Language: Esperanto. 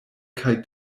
kaj